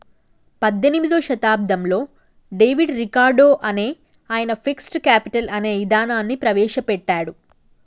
పద్దెనిమిదో శతాబ్దంలో David Ricardo అనే ఆయన ఫిక్స్డ్ కేపిటల్ అనే ఇదానాన్ని ప్రవేశ పెట్టాడు